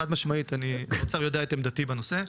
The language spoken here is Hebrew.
חד משמעית, האוצר יודע את עמדתי בנושא.